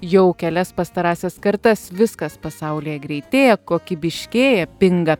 jau kelias pastarąsias kartas viskas pasaulyje greitėja kokybiškėji pinga